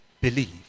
Believe